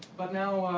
but now,